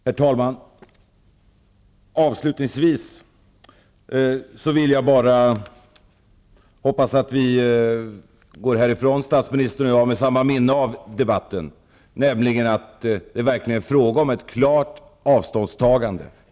Herr talman! Avslutningsvis hoppas jag bara att vi går härifrån, statsministern och jag, med samma minne av debatten, nämligen att det verkligen är fråga om ett klart avståndstagande.